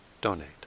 donate